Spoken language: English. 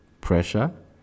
pressure